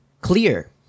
clear